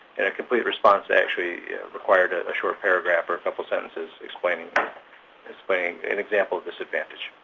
and a complete response actually required a a short paragraph or a couple sentences explaining explaining an example of this advantage.